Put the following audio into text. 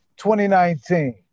2019